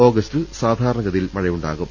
ഓഗസ്റ്റിൽ സാധാരണഗതിയിൽ മഴയുണ്ടാകും